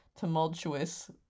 tumultuous